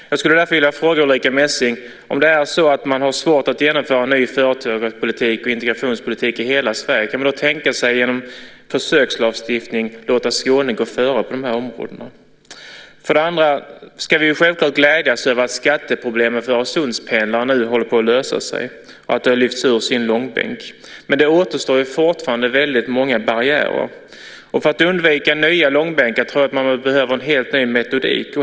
Om man har svårt att genomföra en ny företagarpolitik och integrationspolitik i hela Sverige skulle jag vilja fråga Ulrica Messing om man kan tänka sig att genom försökslagstiftning låta Skåne gå före på dessa områden. För det andra ska vi självklart glädjas över att skatteproblemen för Öresundspendlarna nu håller på att lösas och har lyfts bort från långbänken. Men fortfarande återstår många barriärer. För att undvika nya långbänkar tror jag att det behövs en helt ny metodik.